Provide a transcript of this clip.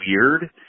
weird